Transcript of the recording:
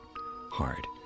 hard